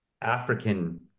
african